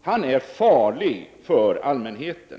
Han är farlig för allmänheten.